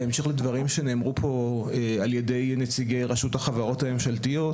בהמשך לדברים שנאמרו פה על ידי נציגי רשות החברות הממשלתיות,